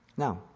Now